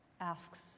asks